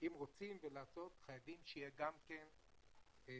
אם רוצים לעשות חייבים שיהיה גם כן כבוד,